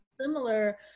similar